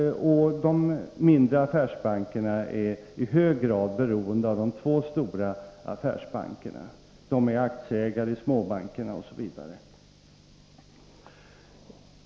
De mindre affärsbankerna är i hög grad beroende av de två stora affärsbankerna — dessa är aktieägare i småbankerna osv.